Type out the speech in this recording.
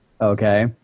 okay